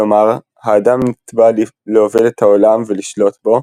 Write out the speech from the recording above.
כלומר האדם נתבע להוביל את העולם ולשלוט בו,